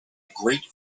great